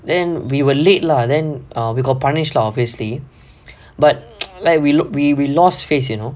then we were late lah then err we got punished lah obviously like we we we lost face you know